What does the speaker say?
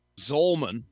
zolman